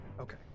Okay